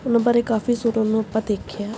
ਉਨ੍ਹਾਂ ਬਾਰੇ ਕਾਫ਼ੀ ਸੁਣਨ ਨੂੰ ਆਪਾਂ ਦੇਖਿਆ